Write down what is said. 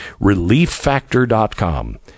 Relieffactor.com